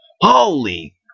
Holy